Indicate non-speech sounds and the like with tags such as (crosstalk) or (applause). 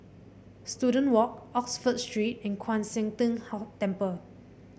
Student Walk Oxford Street and Kwan Siang Tng (unintelligible) Temple